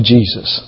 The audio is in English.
Jesus